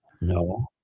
No